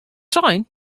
sein